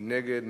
מי נגד?